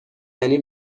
یعنی